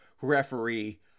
referee